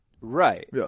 right